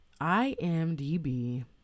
IMDb